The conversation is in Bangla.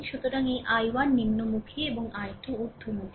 সুতরাং এই I1 নিম্নমুখী এবং I2 ঊর্ধ্বমুখী